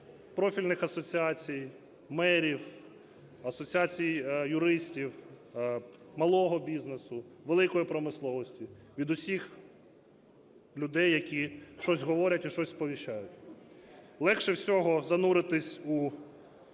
профільних асоціацій, мерів, асоціацій юристів, малого бізнесу, великої промисловості, від усіх людей, які щось говорять і щось сповіщають. Легше всього зануритись в